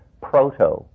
Proto